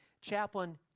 Chaplain